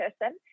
person